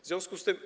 W związku z tym.